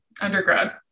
undergrad